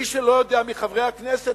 מי שלא יודע מחברי הכנסת,